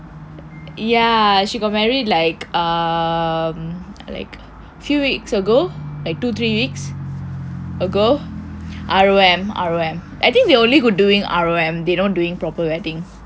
ya she got married like um like few weeks ago like two three weeks ago R_O_M I think they only good doing R_O_M they don't doing proper wedding